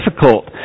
difficult